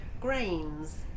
grains